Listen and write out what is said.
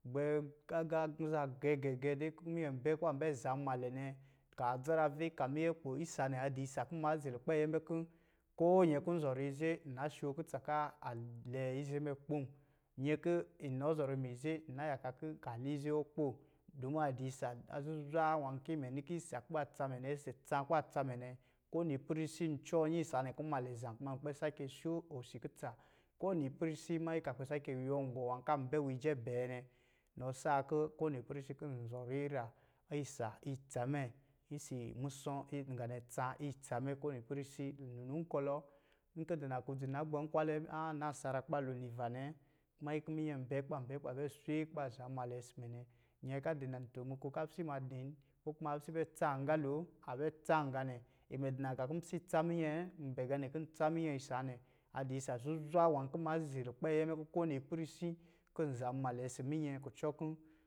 Gbɛ agā nza gɛ̄gɛ̄gɛ̄ de kɔ̄ minyɛn bɛ kɔ̄ ba bɛ zamnmalɛ nɛ ka adza rave ka minyɛkpo, isa nɛ adi isa kɔ̄ n ma zi lukpɛ ayɛ mɛ kɔ̄ koo, nzɔrɔ ize nnashoo kutsa kɔ̄ alɛ ize mɛ kpom, nyɛn kɔ̄ inɔ zɔrɔ mɛ ize ina yakaa kɔ̄ n kaa lɛ ize wɔ kpoo, domi adi isa zuzwa wa nwan kɔ̄ mɛni ɔsɔ̄ tsa kɔ̄ ba tsa mɛ kowini ipɛrɛ isi mannyi kɔ̄ akpɛ sake yuwɔngɔ nwan kɔ̄ an bɛ nwiijɛ bɛɛ nɛ inɔ saa kɔ̄ kowini ipɛrɛ isi kɔ̄ nzɔrɔ ira isa itsa ɔsɔ̄ musɔ̄ nga nɛ tsa itsa mɛ kowini ipɛrɛsi nnunkɔlɔ nkɔ̄ ndi naklodzi nna gbɛ nkwalɛ a nasara kɔ̄ ba lo niva nɛ, mannyi kɔ̄ minyɛn bɛ kɔ̄ ban bɛ kɔ̄ ba bɛ swe kɔ̄ ba zamnmalɛ ɔsɔ̄ mɛ nɛ nyɛn kɔ̄ adi natemoko kɔ̄ apisɛ imadi ko kuma apisɛ itsam agalo a bɛtsam ganɛ imɛ di nagā kɔ̄ n pisɛ itsa minyɛ n bɛ ganɛ kɔ̄ ntsa minyɛ isa nɛ. Adɔ̄ isa zuzwa nwā kɔ̄ nma zi lukpɛ ayɛ mɛ nwā kɔ̄ kowini ipɛrɛ isi kɔ̄ nzamnmalɛ ɔsɔ̄ minyɛ kucɔ kɔ̄.